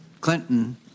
Clinton